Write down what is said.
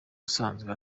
usanzwe